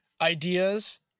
ideas